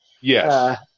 yes